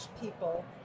people